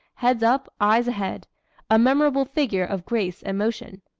head up, eyes ahead a memorable figure of grace and motion.